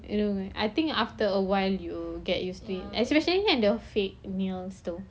I don't know I think after a while you get used to especially kan the fake punya stuff